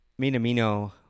Minamino